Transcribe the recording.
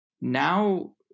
now